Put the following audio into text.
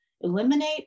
eliminate